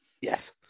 Yes